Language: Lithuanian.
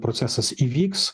procesas įvyks